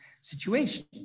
situation